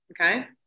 Okay